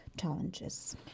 challenges